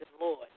Lord